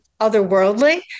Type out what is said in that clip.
otherworldly